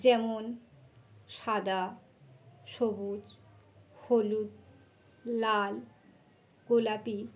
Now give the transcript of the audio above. যেমন সাদা সবুজ হলুদ লাল গোলাপি